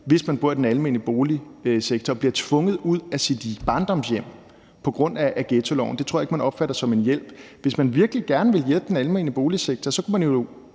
hvis man bor i den almene boligsektor, f.eks. bliver tvunget ud af sit barndomshjem på grund af ghettoloven. Det tror jeg ikke man opfatter som en hjælp. Hvis man virkelig gerne ville hjælpe den almene boligsektor, kunne man jo